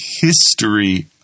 history